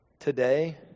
Today